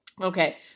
Okay